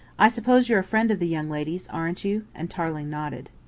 i suppose you're a friend of the young lady's, aren't you? and tarling nodded.